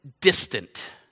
distant